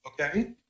Okay